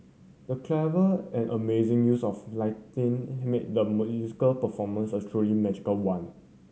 the clever and amazing use of lighting made the performance a truly magical one